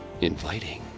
inviting